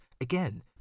Again